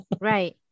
Right